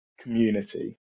community